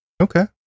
Okay